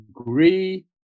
agree